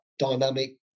dynamic